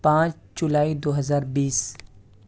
پانچ جولائی دو ہزار بیس